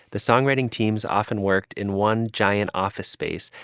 the songwriting teams often worked in one giant office space,